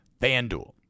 FanDuel